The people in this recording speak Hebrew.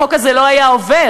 החוק הזה לא היה עובר.